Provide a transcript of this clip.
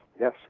Yes